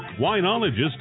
winologist